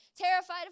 terrified